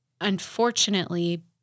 unfortunately